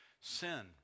sin